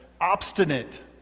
obstinate